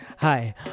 Hi